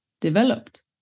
developed